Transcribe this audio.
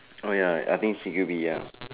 oh ya I think C_Q_B ya